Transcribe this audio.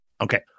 Okay